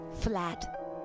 Flat